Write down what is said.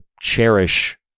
cherish